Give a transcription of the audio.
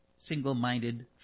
single-minded